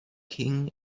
king